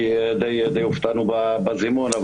כי די הופתענו בזימון.